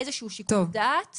איזה שיקול דעת.